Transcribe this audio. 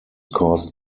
caused